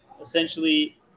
essentially